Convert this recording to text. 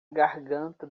garganta